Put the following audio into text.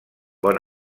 bon